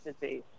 disease